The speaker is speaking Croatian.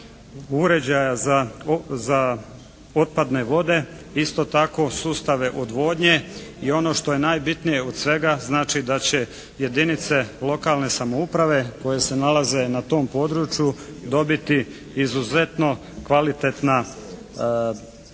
uređaja za otpadne vode, isto tako sustave odvodnje i ono što je najbitnije od svega znači da će jedinice lokalne samouprave koje se nalaze na tom području dobiti izuzetno kvalitetna